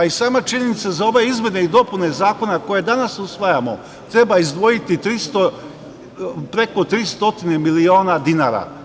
I sama činjenica za ove izmene i dopune zakona koje danas usvajamo treba izdvojiti preko 300 miliona dinara.